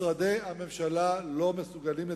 משרדי הממשלה לא מסוגלים לתפקד.